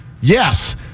Yes